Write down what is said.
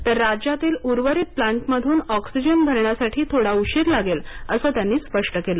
तर राज्यातील उर्वरित प्लांट मधून ऑक्सिजन भरण्यासाठी थोडा उशीर लागेल असं त्यांनी स्पष्ट केलं